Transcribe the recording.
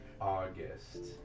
August